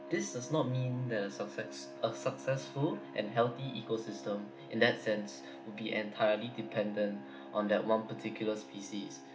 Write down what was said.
this does not mean the success a successful and healthy ecosystem in that sense would be entirely dependent on that one particular species